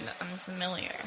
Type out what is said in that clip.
unfamiliar